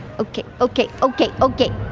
okay, okay, okay, okay.